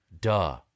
Duh